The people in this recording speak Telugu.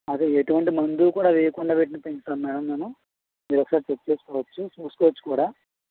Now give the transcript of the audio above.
అదే ఎటువంటి మందు కూడా వెయ్యకుండా వీటిని పెంచుతాము మేడం మేము మీరు ఒకసారి చెక్ చేసుకోవచ్చు చూసుకోవచ్చు కూడా